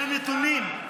אלו נתונים.